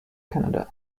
canada